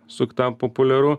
sukta populiaru